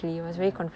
ya